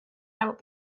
out